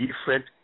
different